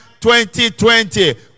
2020